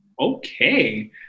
Okay